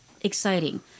exciting